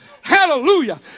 Hallelujah